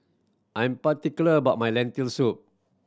I'm particular about my Lentil Soup